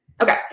Okay